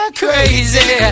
crazy